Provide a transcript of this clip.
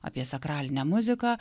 apie sakralinę muziką